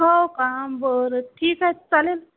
हो का बरं ठीक आहे चालेल